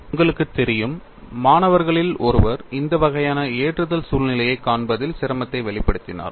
உங்களுக்குத் தெரியும் மாணவர்களில் ஒருவர் இந்த வகையான ஏற்றுதல் சூழ்நிலையைக் காண்பதில் சிரமத்தை வெளிப்படுத்தினார்